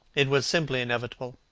it was simply inevitable.